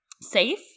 safe